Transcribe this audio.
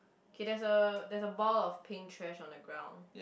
okay there is a there is a ball of pink trash on the ground